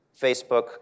Facebook